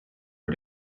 but